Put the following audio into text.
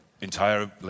entire